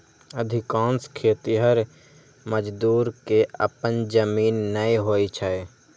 अधिकांश खेतिहर मजदूर कें अपन जमीन नै होइ छै